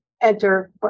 enter